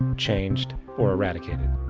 changed or irradicated.